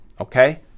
okay